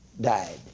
died